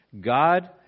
God